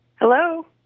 Hello